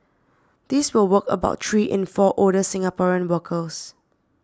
this will work about three in four older Singaporean workers